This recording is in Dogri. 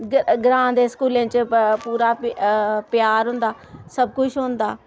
ग्रां दे स्कूलें च पूरा प्यार होंदा सब कुछ होंदा